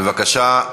בבקשה.